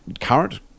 current